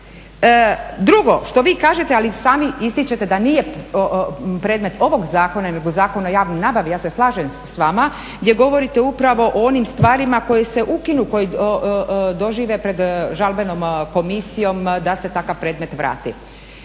Drugo, što vi kažete ali sami ističete da nije predmet ovog zakona nego Zakona o javnoj nabavi, ja se slažem s vama, gdje govorite upravo o onim stvarima koje se ukinu koji dožive pred žalbenom komisijom da se takav predmet vrati.